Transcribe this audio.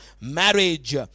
Marriage